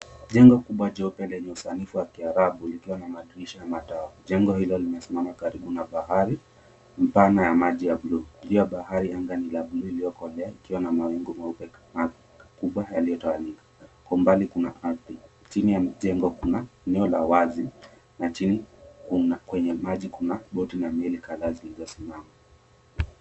Jengo kubwa jeupe lenye usanifu wa kiarabu likiwa na madirisha madogo. Jengo hilo limesimama karibu na bahari pana ya maji ya buluu iliyo ya bahari anga ni la buluu iliyokolea ikiwa na mawingu meupe na makubwa yaliotawanyika kwa umbali kuna ardhi. Chini ya mjengo kuna eneo la wazi na chini kuna kwenye maji kuna boti kadhaa zilizosimama.